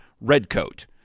redcoat